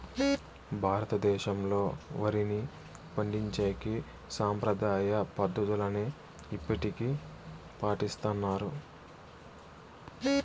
భారతదేశంలో, వరిని పండించేకి సాంప్రదాయ పద్ధతులనే ఇప్పటికీ పాటిస్తన్నారు